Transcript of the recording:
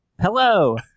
Hello